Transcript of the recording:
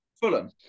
Fulham